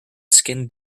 skin